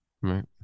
Right